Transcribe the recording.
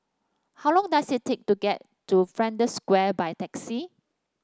how long does it take to get to Flanders Square by taxi